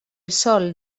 sol